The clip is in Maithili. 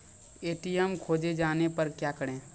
ए.टी.एम खोजे जाने पर क्या करें?